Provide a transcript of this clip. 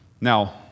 Now